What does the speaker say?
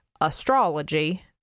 astrology